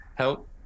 Help